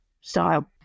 style